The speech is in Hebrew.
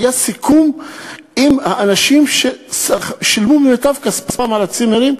היה סיכום עם האנשים ששילמו במיטב כספם על הצימרים,